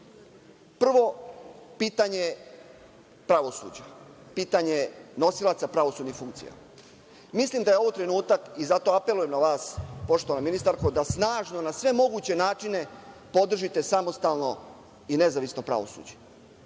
pitanje pravosuđa, pitanje nosilaca pravosudnih funkcija. Mislim da je ovo trenutak, i zato apelujem na vas, poštovana ministarko, da snažno i na sve moguće načine podržite samostalno i nezavisno pravosuđe.